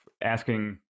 asking